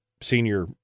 senior